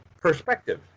perspective